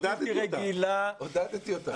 עודדתי אותה.